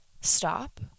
stop